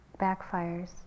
backfires